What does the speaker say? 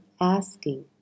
asking